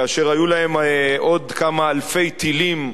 כאשר היו להם עוד כמה אלפי טילים,